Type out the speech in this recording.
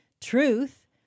Truth